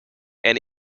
and